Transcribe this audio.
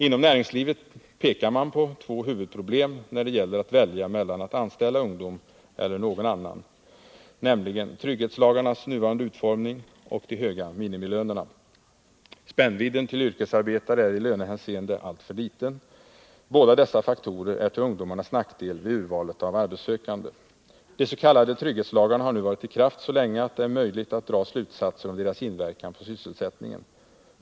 Inom näringslivet pekar man på två huvudproblem när det gäller att välja mellan att anställa ungdomar eller att anställa andra, nämligen trygghetslagarnas nuvarande utformning och de höga minimilönerna. Spännvidden till yrkesarbetare är i lönehänseende alltför liten. Båda dessa faktorer är till ungdomarnas nackdel vid urvalet av arbetssökande. trygghetslagarna har nu varit i kraft så länge att det är möjligt att dra slutsatser om deras inverkan på sysselsättningen.